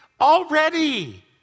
already